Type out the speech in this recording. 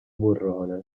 burrone